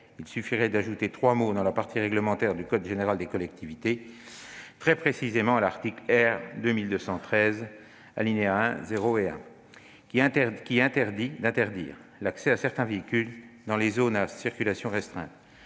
Il suffirait d'ajouter trois mots dans la partie réglementaire du code général des collectivités territoriales, très précisément à l'article R. 2213-1-0-1 qui « interdit d'interdire » l'accès à certains véhicules dans les zones à circulation restreinte.